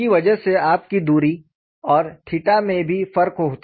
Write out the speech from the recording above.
उसकी वजह से आपकी दूरी और थीटा में भी फर्क होता है